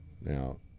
Now